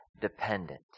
dependent